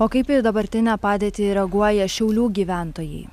o kaip į dabartinę padėtį reaguoja šiaulių gyventojai